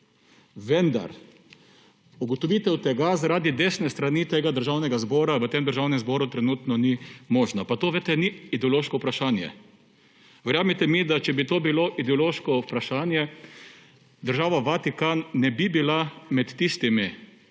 Vendar ugotovitev tega zaradi desne strani tega državnega zbora v tem državnem zboru trenutno ni možna. Pa to ni ideološko vprašanje. Verjemite mi, da če bi to bilo ideološko vprašanje, država Vatikan ne bi bila med tistimi